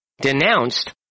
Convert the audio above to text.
denounced